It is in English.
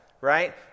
right